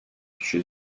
kişi